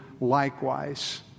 likewise